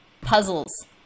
puzzles